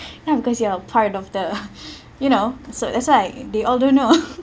ya because you are a part of the you know so that's why they all don't know